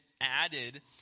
added